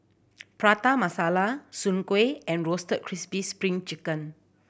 Prata Masala Soon Kuih and Roasted Crispy Spring Chicken